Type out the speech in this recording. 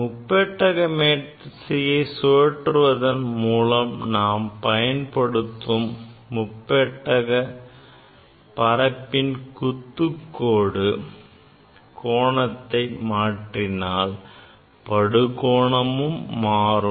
முப்பட்டக மேசையை சுழற்றுவதன் மூலம் நாம் பயன்படுத்தும் முப்பட்டக பரப்பின் குத்துக்கோடு கோணத்தை மாற்றினால் படுகோணமும் மாறும்